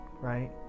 right